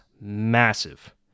massive